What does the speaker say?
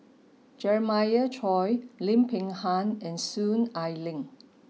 Jeremiah Choy Lim Peng Han and Soon Ai Ling